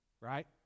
Right